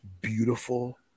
Beautiful